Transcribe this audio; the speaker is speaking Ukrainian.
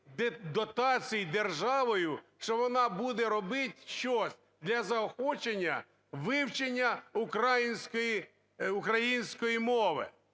дотацій державою, що вона буде робить щось для заохочення вивчення української мови.